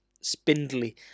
spindly